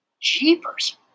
Jeepers